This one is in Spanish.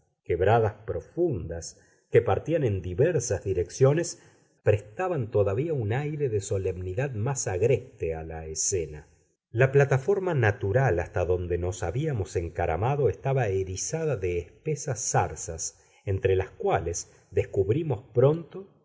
quebradas profundas que partían en diversas direcciones prestaban todavía un aire de solemnidad más agreste a la escena la plataforma natural hasta donde nos habíamos encaramado estaba erizada de espesas zarzas entre las cuales descubrimos pronto